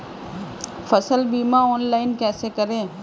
फसल बीमा ऑनलाइन कैसे करें?